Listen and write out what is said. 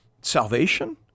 salvation